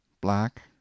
black